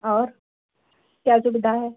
और क्या सुविधा है